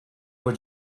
were